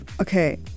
okay